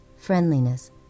friendliness